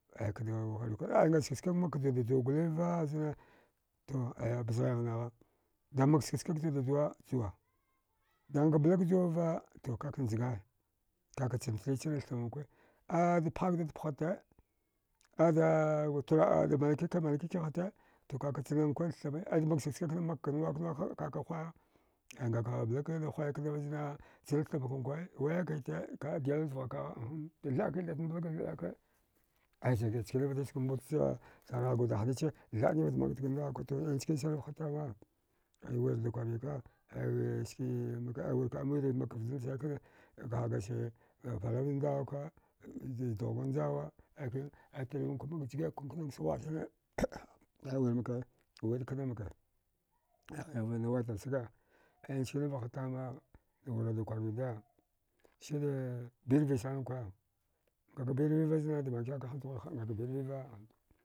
Aikada kwar kwara, aya ngasag chka mak ka judajuwa goliva zna aya bazghaigh nagha damak sagchka ka juda juwa, juwa danka blak juwava to kaka ngaya kaka chantri chantthamnkwa ada phahdat phata da tura damanaki kiha da manaki kihata to kaka chnankwa thamma daida mak sagchka kana makka nuwak nuwakha kaka huwaya ngaka blakak dahuwai knava znachnat thamkan nkwa wayakita ditada vghakagha aham da thɗaki thɗat mbalga tak thɗakaya aya chgiɗachanit makdga mbutghe tharghaga wudahniche thaɗnivat makdga dawaka njkinsanasi vahatama aya wurada kwarwika ai wi kaɗwiri mak vdanda sna kna gagache ga parakga ndawaka zdughga njawa aikwin aitarvankwa mak jgegkwa kana nsag ghwa. a saneaya wirmaka wirkna maka ai ghighna waitarsaga aya njkinvahatama dawurada kwarwiwda siga birvi sanankwa, ngaka birvivazna damankihaka haz dughude ha ngaka birviva,